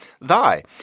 thy